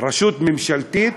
רשות ממשלתית,